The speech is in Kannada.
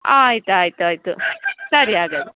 ಆಯ್ತು ಆಯ್ತು ಆಯಿತು ಸರಿ ಹಾಗಾದರೆ